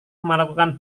melakukan